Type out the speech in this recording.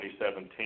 2017 –